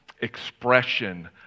expression